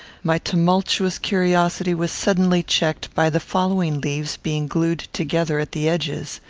my tumultuous curiosity was suddenly checked by the following leaves being glued together at the edges.